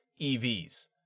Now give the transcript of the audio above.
EVs